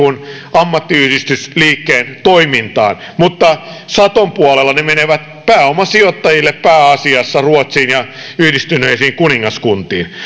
ammattiyhdistysliikkeen toimintaan mutta saton puolella ne menevät pääomasijoittajille pääasiassa ruotsiin ja yhdistyneeseen kuningaskuntaan